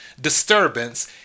disturbance